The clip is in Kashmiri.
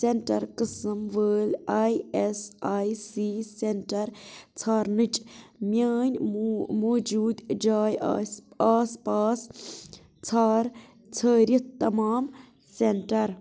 سینٹر قٕسم وٲلۍ I S I C centre ژھارنٕچ میٛٲنٛۍ موٗ موٗجوٗد جاے آسہِ آس پاس ژھار ژھٲرِتھ تمام سینٹَر